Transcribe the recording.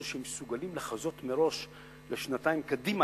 שהם מסוגלים לחזות מראש לשנתיים קדימה,